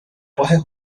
poche